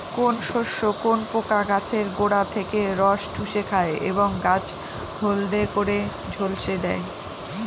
কোন শস্যে কোন পোকা গাছের গোড়া থেকে রস চুষে খায় এবং গাছ হলদে করে ঝলসে দেয়?